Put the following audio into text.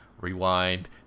rewind